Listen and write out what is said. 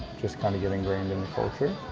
just kind of getting ingrained in the culture.